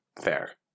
Fair